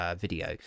video